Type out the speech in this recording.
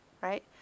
right